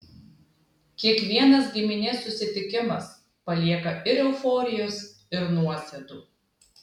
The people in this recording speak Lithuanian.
kiekvienas giminės susitikimas palieka ir euforijos ir nuosėdų